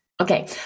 okay